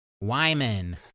Wyman